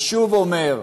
ושוב אומר: